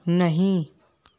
नहीं